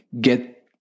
get